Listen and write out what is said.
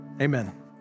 amen